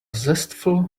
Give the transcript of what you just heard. zestful